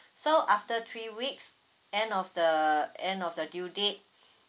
so after three weeks end of the end of the due date